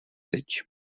viď